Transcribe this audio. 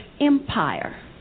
Empire